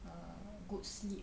a good sleep